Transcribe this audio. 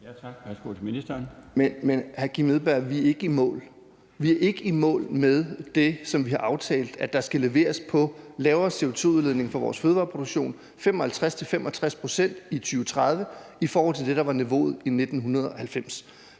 Jensen): Hr. Kim Edberg Andersen, vi er ikke i mål! Vi er ikke i mål med det, som vi har aftalt at der skal leveres på lavere CO2-udledning for vores fødevareproduktion: 55-65 pct. i 2030 i forhold til det, der var niveauet i 1990.